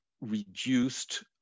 reduced